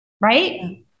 right